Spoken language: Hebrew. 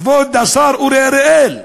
כבוד השר אורי אריאל,